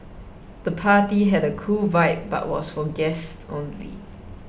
the party had a cool vibe but was for guests only